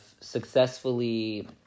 successfully